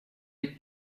les